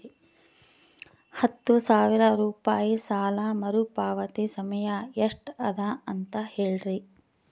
ಹತ್ತು ಸಾವಿರ ರೂಪಾಯಿ ಸಾಲ ಮರುಪಾವತಿ ಸಮಯ ಎಷ್ಟ ಅದ ಅಂತ ಹೇಳರಿ?